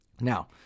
Now